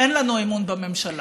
אין לנו אמון בממשלה.